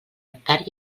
hectàrea